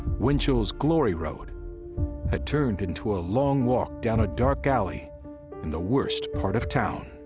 winchell's glory road had turned into a long walk down a dark alley in the worst part of town,